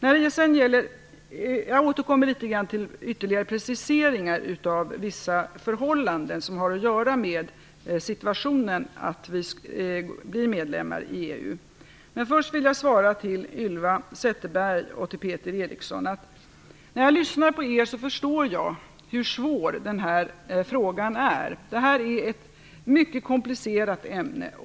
Jag återkommer litet grand till ytterligare preciseringar av vissa förhållanden som har att göra med situationen att vi blir medlemmar i EU. Men först vill jag svara Eva Zetterberg och Peter Eriksson. När jag lyssnar på er förstår jag hur svår den här frågan är. Detta är ett mycket komplicerat ämne.